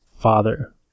father